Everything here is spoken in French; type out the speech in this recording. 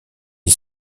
est